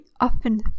often